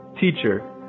teacher